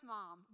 Mom